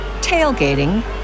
tailgating